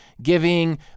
giving